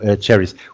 cherries